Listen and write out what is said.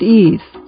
ease